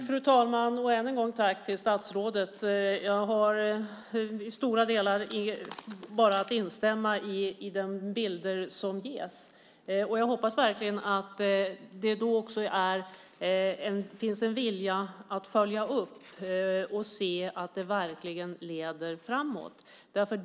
Fru talman! Tack än en gång, statsrådet! Jag kan bara i stora delar instämma i det som sägs. Jag hoppas verkligen att det också finns en vilja att följa upp att det verkligen leder framåt.